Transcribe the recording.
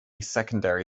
secondary